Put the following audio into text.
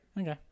Okay